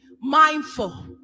mindful